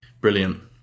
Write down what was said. Brilliant